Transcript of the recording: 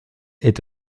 est